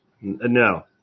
No